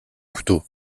couteau